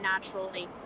naturally